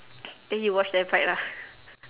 then you watch them fight lah